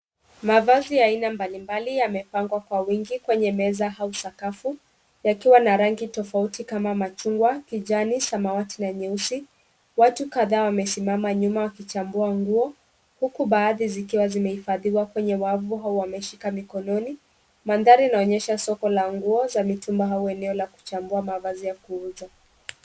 Mavazi ya aina mbalimbali yamepangwa kwa wingi kwenye meza au sakafu yakiwa na rangi tofauti kama machungwa, kijani, samawati na nyeusi. Watu kadhaa wamesimama nyuma wakichambua nguo huku baadhi zikiwa zimehifadhiwa kwenye wavu au wameshika mikononi. Mandhari inaonyesha soko la nguo ya mitumba au eneo la kuchagua mavazi ya kuuza.